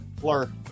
Blur